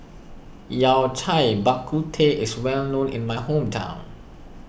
Yao Cai Bak Kut Teh is well known in my hometown